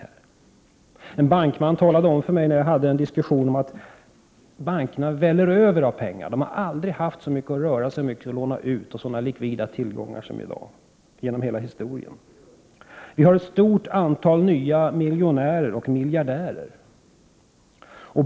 En Ekonomi bankman talade om för mig att bankerna översvämmas av pengar — de har aldrig i hela historien haft så mycket att röra sig med och att låna ut och aldrig sådana likvida tillgångar som i dag. Vi har ett stort antal nya miljonärer och miljardärer.